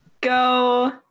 Go